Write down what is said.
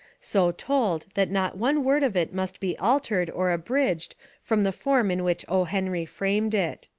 so told that not one word of it must be altered or abridged from the form in which o. henry framed it.